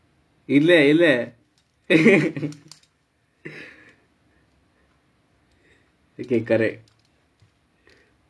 இல்லை இல்லை:illai illai okay correct